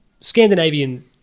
Scandinavian –